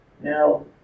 Now